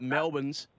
Melbourne's